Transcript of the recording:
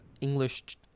English